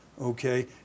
okay